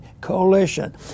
coalition